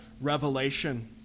revelation